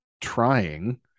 trying